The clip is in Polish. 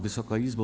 Wysoka Izbo!